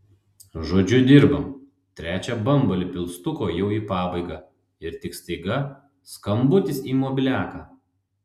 žodžiu dirbam trečią bambalį pilstuko jau į pabaigą ir tik staiga skambutis į mobiliaką